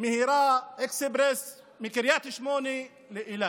מהירה אקספרס מקריית שמונה לאילת.